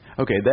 Okay